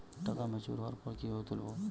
টাকা ম্যাচিওর্ড হওয়ার পর কিভাবে তুলব?